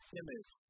image